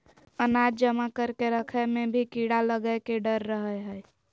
अनाज जमा करके रखय मे भी कीड़ा लगय के डर रहय हय